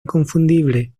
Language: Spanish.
inconfundible